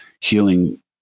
healing